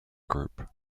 group